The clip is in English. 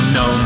no